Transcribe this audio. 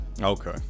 Okay